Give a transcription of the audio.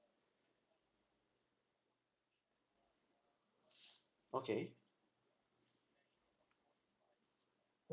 okay